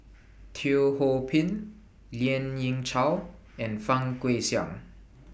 Teo Ho Pin Lien Ying Chow and Fang Guixiang